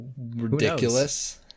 Ridiculous